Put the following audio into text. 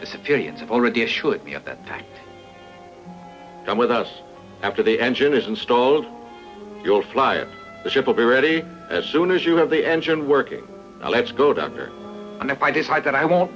civilians have already assured me at that time and with us after the engine is installed will fly the ship will be ready as soon as you have the engine working let's go down there and if i decide that i won't